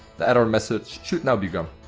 the error message should now be gone.